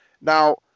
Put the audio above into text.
Now